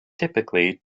typically